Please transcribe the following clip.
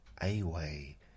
away